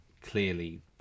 clearly